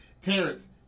Terrence